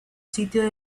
sitio